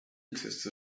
exist